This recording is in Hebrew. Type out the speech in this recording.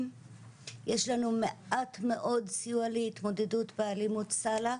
יש לנו מעט מאוד סיוע להתמודדות באלימות סל"ע,